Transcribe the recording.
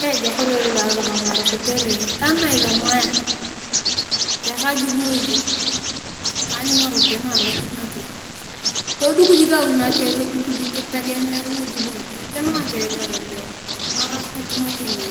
Ejok ibere be akisomare kotere itaan nisomaea toyataa jik moi taany ngaropiya narai ngakeng. toduk jik awi nakeng nitegemiar ngeei bon tigel nake gario nikangarak ngitunga keng.